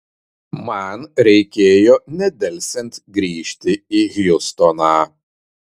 man reikėjo nedelsiant grįžti į hjustoną